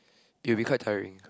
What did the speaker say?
it'll be quite tiring